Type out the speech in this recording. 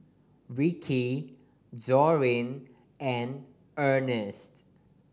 Ricky Dorine and Earnest